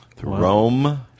Rome